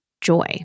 joy